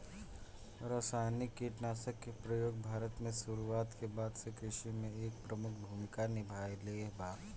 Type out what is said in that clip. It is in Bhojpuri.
रासायनिक कीटनाशक के प्रयोग भारत में शुरुआत के बाद से कृषि में एक प्रमुख भूमिका निभाइले बा